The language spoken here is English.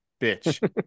bitch